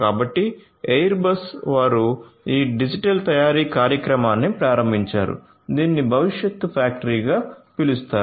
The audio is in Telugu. కాబట్టి ఎయిర్ బస్ వారు ఈ డిజిటల్ తయారీ కార్యక్రమాన్ని ప్రారంభించారు దీనిని భవిష్యత్ ఫ్యాక్టరీగా పిలుస్తారు